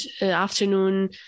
afternoon